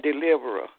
deliverer